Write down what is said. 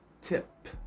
tip